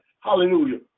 hallelujah